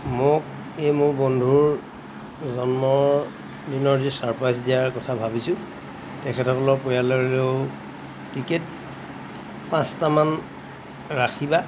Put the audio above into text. মোক এই মোৰ বন্ধুৰ জন্মৰদিনৰ যি ছাৰপ্ৰাইজ দিয়াৰ কথা ভাবিছোঁ তেখেতসকলৰ পৰিয়াললৈও টিকেট পাঁচটামান ৰাখিবা